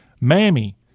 Mammy